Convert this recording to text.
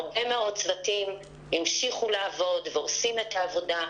הרבה מאוד צוותים המשיכו לעבוד ועושים את העבודה,